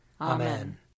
Amen